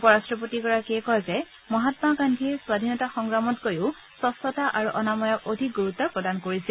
উপ ৰাট্টপতিগৰাকীয়ে কয় যে মহামা গান্ধীয়ে স্বাধীনতা সংগ্ৰামতকৈও স্বচ্ছতা আৰু অনাময়ক অধিক গুৰুত্ব প্ৰদান কৰিছিল